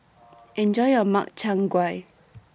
Enjoy your Makchang Gui